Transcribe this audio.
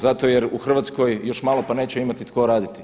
Zato jer u Hrvatskoj još malo pa neće imati tko raditi.